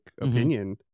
opinion